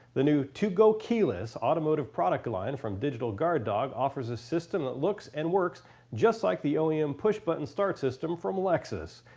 the new two go keyless automotive product line from digital guard dog offeres a system that looks and works just like the oem and push button start system from lexus.